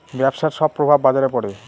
ব্যবসার সব প্রভাব বাজারে পড়ে